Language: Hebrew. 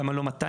למה לא 200?